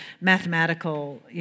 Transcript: mathematical